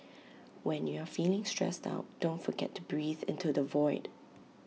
when you are feeling stressed out don't forget to breathe into the void